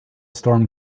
storm